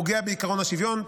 פוגע בעקרון השוויון.